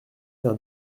d’un